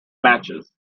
matches